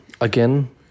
Again